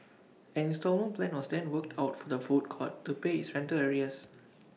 an instalment plan was then worked out for the food court to pay its rental arrears